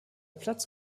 platz